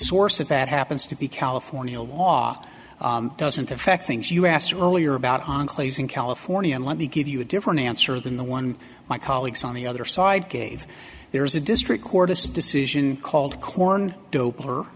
source if that happens to be california law doesn't affect things you asked earlier about enclaves in california and let me give you a different answer than the one my colleagues on the other side gave there is a district court just decision called corn do